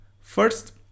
first